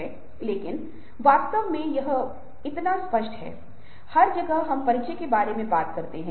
और इसलिए जब हम विज़ुअल्स के बारे में बात करते हैं तो हम दो अलग अलग संदर्भों में विज़ुअल्स के बारे में बात करेंगे